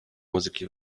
muzyki